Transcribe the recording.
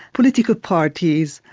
political parties,